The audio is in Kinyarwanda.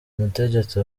umutegetsi